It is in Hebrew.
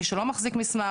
מי שלא מחזיק מסמך,